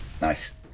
Nice